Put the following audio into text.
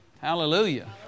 Hallelujah